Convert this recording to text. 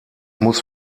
muss